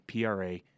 PRA